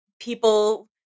people